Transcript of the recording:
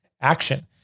action